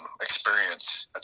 experience